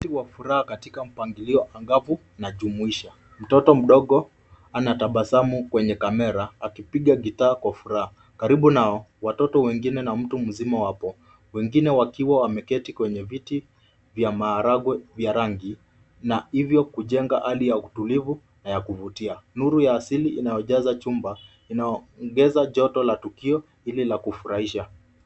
Wakati wa furaha katika mpangilio angapo na jumuisha. Mtoto mdogo anatabasamu kwenye kamera akipiga gitaa kwa furaha. Karibu nao watoto wengine na mtu mzima wapo, wengine wakiwa wameketi kwenye viti vya maharagwe ya rangi na hivyo kujenga hali ya utulivu na ya kuvutia. Nuru ya asili inayojaza chumba inaongeza joto la tukio hili la kufurahisha.